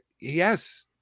yes